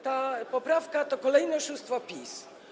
Ta poprawka to kolejne oszustwo PiS.